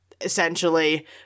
essentially